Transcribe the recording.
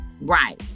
Right